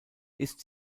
ist